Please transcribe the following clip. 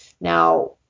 Now